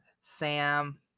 sam